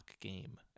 game